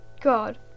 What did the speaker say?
God